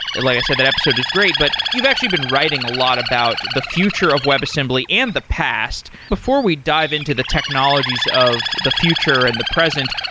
like i said, that episode is great. but you've actually been writing a lot about the future of webassembly and the past. bbefore we dive into the technologies of the future and the present,